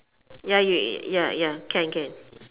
ya you ya ya can can